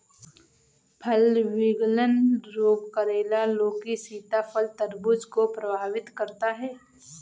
फल विगलन रोग करेला, लौकी, सीताफल, तरबूज को प्रभावित करता है